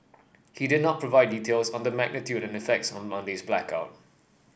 he did not provide details on the magnitude and effects of Monday's blackout